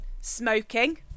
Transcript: smoking